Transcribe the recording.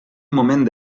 moment